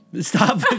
Stop